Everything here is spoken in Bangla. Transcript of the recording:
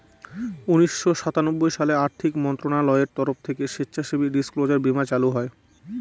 উনিশশো সাতানব্বই সালে আর্থিক মন্ত্রণালয়ের তরফ থেকে স্বেচ্ছাসেবী ডিসক্লোজার বীমা চালু হয়